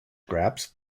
scraps